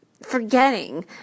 forgetting